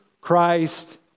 Christ